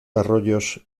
arroyos